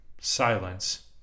silence